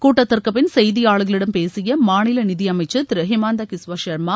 கூட்டத்திற்குபின் செய்தியாளர்களிடம் பேசிய மாநில நிதியமைச்சா திரு ஹிமாந்தா கிஸ்வா ஷாமா